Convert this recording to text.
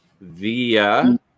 Via